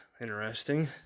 Interesting